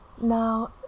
Now